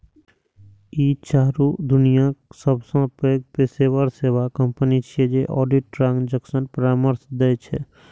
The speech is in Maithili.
ई चारू दुनियाक सबसं पैघ पेशेवर सेवा कंपनी छियै जे ऑडिट, ट्रांजेक्शन परामर्श दै छै